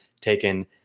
taken